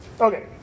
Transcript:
Okay